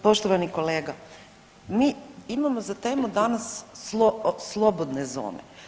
Poštovani kolega, mi imamo za temu danas slobodne zone.